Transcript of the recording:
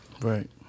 Right